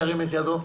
ירים את ידו.